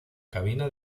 cabina